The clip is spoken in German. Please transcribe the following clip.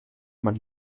man